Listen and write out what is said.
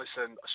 Listen